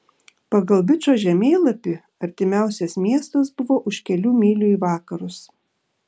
pagal bičo žemėlapį artimiausias miestas buvo už kelių mylių į vakarus